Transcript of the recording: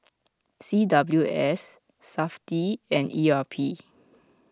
C W S SAFTI and E R P